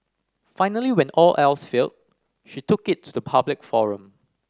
finally when all else failed she took it to the public forum